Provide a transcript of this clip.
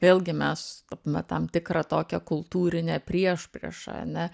vėlgi mes tapome tam tikrą tokią kultūrinę priešpriešą ane